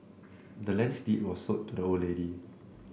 the land's deed was sold to the old lady